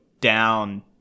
down